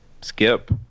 skip